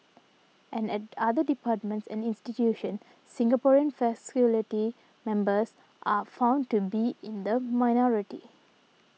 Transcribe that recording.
and at other departments and institutions Singaporean faculty members are found to be in the minority